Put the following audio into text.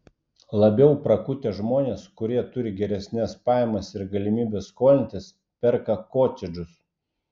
labiau prakutę žmonės kurie turi geresnes pajamas ir galimybes skolintis perka kotedžus